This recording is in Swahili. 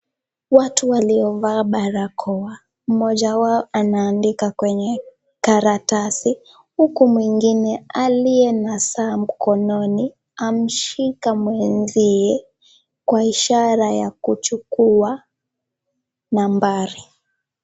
Watu waliovaa barakoa. Mmoja wao anaandika kwenye karatasi huku mwingine aliye na saa mkononi amshika mwenziye kwa ishara ya kuchukua nambari.